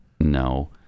no